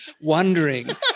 wondering